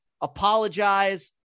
Apologize